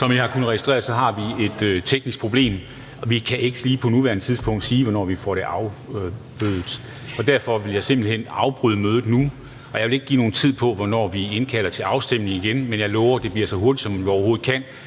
Som I har kunnet registrere, har vi et teknisk problem, og vi kan ikke på nuværende tidspunkt sige, hvornår vi får det afhjulpet. Derfor vil jeg simpelt hen afbryde mødet, og jeg vil ikke give nogen tid på, hvornår vi indkalder til afstemning igen, men jeg lover, at det bliver så hurtigt, som vi overhovedet kan,